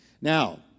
Now